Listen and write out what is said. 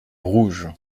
rouge